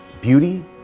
beauty